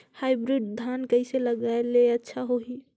Hybrid धान कइसे लगाय ले अच्छा होही?